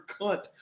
cunt